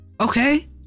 okay